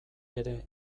ere